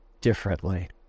differently